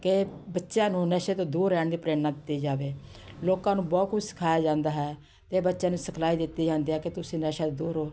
ਕਿ ਬੱਚਿਆਂ ਨੂੰ ਨਸ਼ੇ ਤੋਂ ਦੂਰ ਰਹਿਣ ਦੇ ਪ੍ਰੇਰਨਾ ਦਿੱਤੀ ਜਾਵੇ ਲੋਕਾਂ ਨੂੰ ਬਹੁਤ ਕੁਝ ਸਿਖਾਇਆ ਜਾਂਦਾ ਹੈ ਅਤੇ ਬੱਚਿਆਂ ਨੂੰ ਸਿਖਲਾਈ ਦਿੱਤੀ ਜਾਂਦੀ ਆ ਕਿ ਤੁਸੀਂ ਨਸ਼ਿਆਂ ਤੋਂ ਦੂਰ ਰਹੋ